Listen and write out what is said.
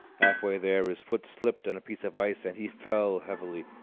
half-way there, his foot slipped on a piece of ice and he fell heavily,